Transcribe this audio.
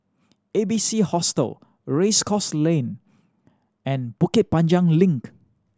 A B C Hostel Race Course Lane and Bukit Panjang Link